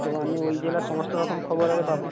তো আমি ওই জেলার সমস্ত রকম খবর আরে পাব